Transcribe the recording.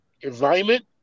environment